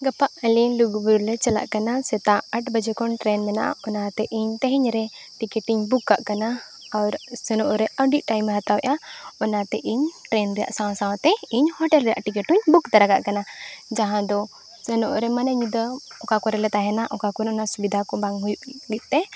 ᱜᱟᱯᱟ ᱟᱹᱞᱤᱧ ᱞᱩᱜᱩ ᱵᱩᱨᱩ ᱞᱮ ᱪᱟᱞᱟᱜ ᱠᱟᱱᱟ ᱥᱮᱛᱟᱜ ᱟᱴ ᱵᱟᱡᱮ ᱠᱷᱚᱱ ᱢᱮᱱᱟᱜᱼᱟ ᱚᱱᱟᱛᱮ ᱤᱧ ᱛᱮᱦᱮᱧ ᱨᱮ ᱤᱧ ᱠᱟᱜ ᱠᱟᱱᱟ ᱟᱨ ᱥᱮᱱᱚᱜ ᱨᱮ ᱟᱹᱰᱤ ᱮ ᱦᱟᱛᱟᱣᱮᱫᱼᱟ ᱚᱱᱟᱛᱮ ᱤᱧ ᱨᱮᱭᱟᱜ ᱥᱟᱶᱼᱥᱟᱶᱛᱮ ᱤᱧ ᱨᱮᱭᱟᱜ ᱦᱚᱧ ᱛᱟᱨᱟ ᱠᱟᱜ ᱠᱟᱱᱟ ᱡᱟᱦᱟᱸ ᱫᱚ ᱥᱮᱱᱚᱜ ᱨᱮ ᱢᱟᱱᱮ ᱧᱤᱫᱟᱹ ᱚᱠᱟ ᱠᱚᱨᱮᱞᱮ ᱛᱟᱦᱮᱱᱟ ᱚᱠᱟ ᱠᱚᱨᱮ ᱚᱱᱟ ᱚᱥᱩᱵᱤᱫᱷᱟ ᱠᱚ ᱵᱟᱝ ᱦᱩᱭᱩᱜ ᱞᱟᱹᱜᱤᱫ ᱛᱮ